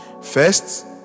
First